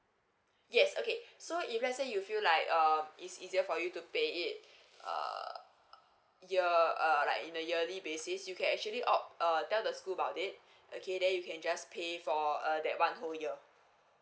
yes okay so if let's say you feel like um it's easier for you to pay it err year err like in a yearly basis you can actually opt uh tell the school about it okay then you can just pay for err that one whole year